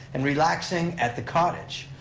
and relaxing at the cottage.